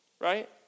right